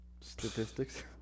Statistics